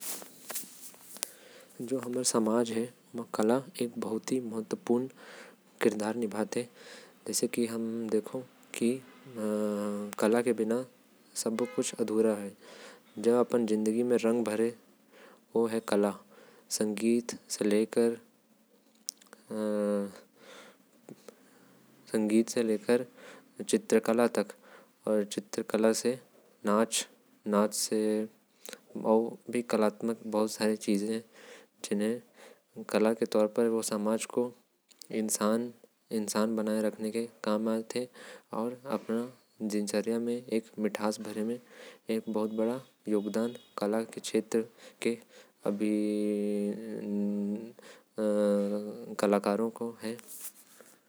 हमर समाज म कला के बहुत ही महत्वपूर्ण किरदार हवे। कला के बिना कोइयो समाज अधूरा हवे। लोग मन के जिंदगी म रंग भरे के काम करेल कला। संगीत चित्रकला अउ नाच हर कोई के कुछ न कुछ। किरदार हवे हमर समाज म। कला इंसान के इंसान बनायेल समाज म अउ। ओमन के रोज के जिंदगी म मिठास भरथे।